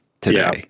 today